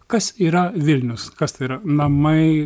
kas yra vilnius kas tai yra namai